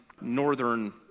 northern